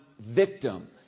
victim